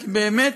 כי באמת